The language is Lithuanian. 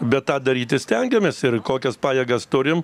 bet tą daryti stengiamės ir kokias pajėgas turim